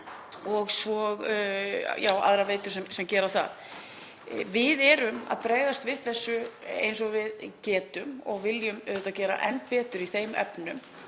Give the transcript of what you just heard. og svo aðrar veitur. Við erum að bregðast við þessu eins og við getum og viljum auðvitað gera enn betur í þeim efnum